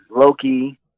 Loki